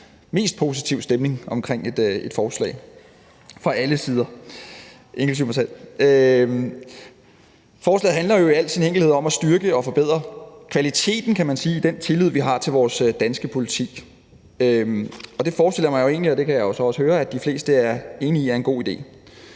mest positiv stemning fra alle sider, inklusive mig selv. Forslaget handler jo i al sin enkelhed om at styrke og forbedre kvaliteten, kan man sige, i den tillid, vi har til vores danske politi, og det kan jeg jo så også høre at de fleste er enige i er en god idé.